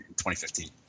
2015